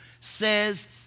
says